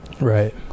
Right